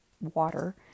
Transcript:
water